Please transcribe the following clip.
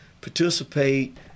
participate